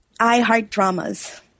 iHeartDramas